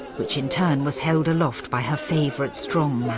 which in turn was held aloft by her favourite strong man.